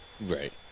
right